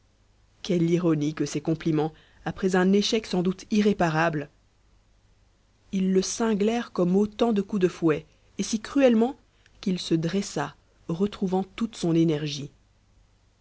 quelle ironie que ces compliments après un échec sans doute irréparable ils le cinglèrent comme autant de coups de fouet et si cruellement qu'il se dressa retrouvant toute son énergie